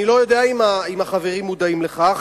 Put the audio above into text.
אני לא יודע אם החברים מודעים לכך,